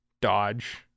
dodge